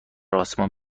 آسمان